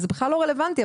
זה בכלל לא רלוונטי,